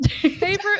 Favorite